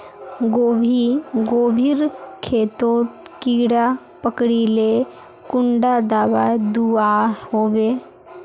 गोभी गोभिर खेतोत कीड़ा पकरिले कुंडा दाबा दुआहोबे?